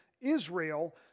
Israel